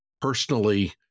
personally